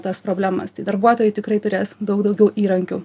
tas problemas tai darbuotojai tikrai turės daug daugiau įrankių